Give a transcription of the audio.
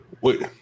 Wait